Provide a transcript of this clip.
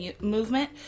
movement